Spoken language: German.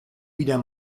wieder